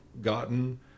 gotten